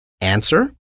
Answer